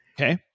Okay